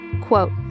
Quote